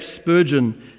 Spurgeon